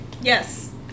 Yes